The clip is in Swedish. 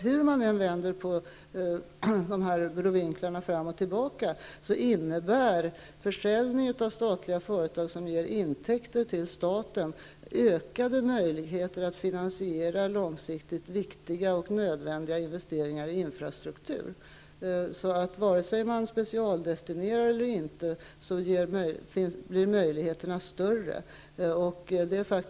Hur man än vänder på detta fram och tillbaka innebär försäljning av statliga företag, som ger intäkter till staten, ökade möjligheter att finansiera långsiktigt viktiga och nödvändiga investeringar i infrastruktur. Vare sig man specialdestinerar eller inte, blir möjligheterna större.